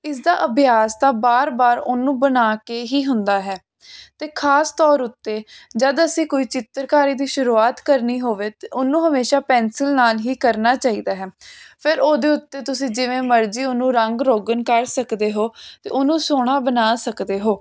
ਇਸਦਾ ਅਭਿਆਸ ਤਾਂ ਬਾਰ ਬਾਰ ਉਹਨੂੰ ਬਣਾ ਕੇ ਹੀ ਹੁੰਦਾ ਹੈ ਅਤੇ ਖ਼ਾਸ ਤੌਰ ਉੱਤੇ ਜਦ ਅਸੀਂ ਕੋਈ ਚਿੱਤਰਕਾਰੀ ਦੀ ਸ਼ੁਰੂਆਤ ਕਰਨੀ ਹੋਵੇ ਤਾਂ ਉਹਨੂੰ ਹਮੇਸ਼ਾਂ ਪੈਨਸਿਲ ਨਾਲ ਹੀ ਕਰਨਾ ਚਾਹੀਦਾ ਹੈ ਫਿਰ ਉਹਦੇ ਉੱਤੇ ਤੁਸੀਂ ਜਿਵੇਂ ਮਰਜ਼ੀ ਉਹਨੂੰ ਰੰਗ ਰੋਗਣ ਕਰ ਸਕਦੇ ਹੋ ਅਤੇ ਉਹਨੂੰ ਸੋਹਣਾ ਬਣਾ ਸਕਦੇ ਹੋ